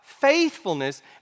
faithfulness